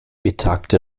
betagte